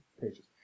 pages